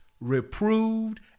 reproved